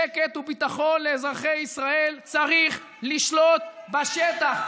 שקט וביטחון לאזרחי ישראל צריך לשלוט בשטח.